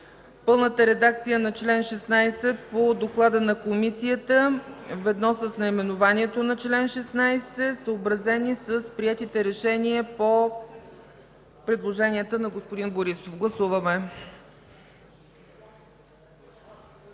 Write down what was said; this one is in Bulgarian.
пълната редакция на чл. 16 по доклада на Комисията, ведно с наименованието на чл. 16, съобразени с приетите решения по предложенията на господин Борисов. Гласуваме.